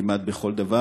כמעט בכל דבר.